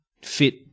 fit